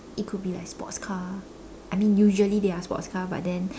it could be like sports car I mean usually they are sports car but then